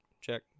check